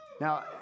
Now